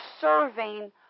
serving